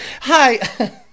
hi